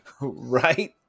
Right